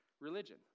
religion